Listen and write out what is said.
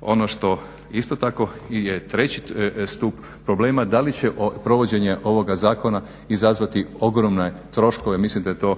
Ono što isto tako je treći stup problema da li će provođenje ovoga zakona izazvati ogromne troškove, mislim da